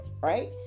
right